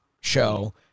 show